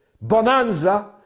Bonanza